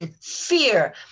fear